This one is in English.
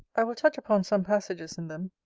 i will touch upon some passages in them.